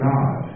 God